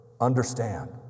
understand